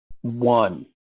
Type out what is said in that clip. One